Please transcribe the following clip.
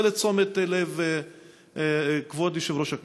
אז זה לתשומת לב כבוד יושב-ראש הכנסת.